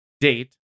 date